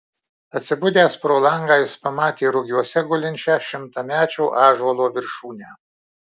atsibudęs pro langą jis pamatė rugiuose gulinčią šimtamečio ąžuolo viršūnę